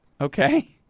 Okay